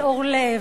חבר הכנסת אורלב,